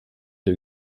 der